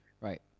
Right